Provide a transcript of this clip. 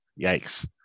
yikes